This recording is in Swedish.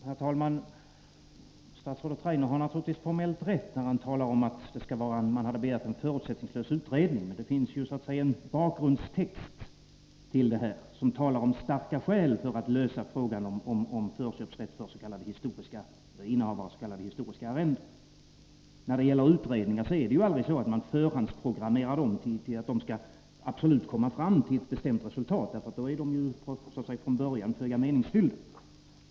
Herr talman! Statsrådet Rainer har naturligtvis formellt rätt när han talar om att riksdagen hade begärt en förutsättningslös utredning. Men det finns så att säga en bakgrundstext som talar om starka skäl för att lösa frågan om förköpsrätt för innehavare av s.k. historiska arrenden. När det gäller utredningar är det aldrig så, att man förhandsprogrammerar dem till att absolut komma fram till ett bestämt resultat. Då är de som sagt från början föga meningsfyllda.